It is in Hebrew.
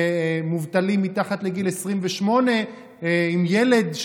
מובטלים מתחת לגיל 28 עם ילד,